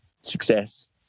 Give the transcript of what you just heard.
success